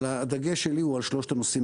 אבל הדגש שלי הוא על שלושת הנושאים